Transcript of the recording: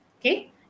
Okay